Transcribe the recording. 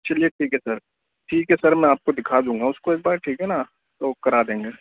چلیے ٹھیک ہے سر ٹھیک ہے سر میں آپ کو دکھا دوں گا اس کو ایک بار ٹھیک ہے نا تو وہ کرا دیں گے